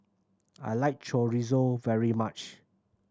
I like Chorizo very much